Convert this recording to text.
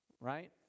right